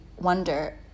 wonder